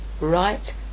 right